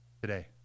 Today